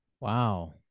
Wow